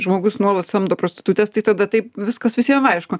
žmogus nuolat samdo prostitutes tai tada taip viskas visiem aišku